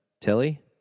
Tilly